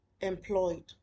employed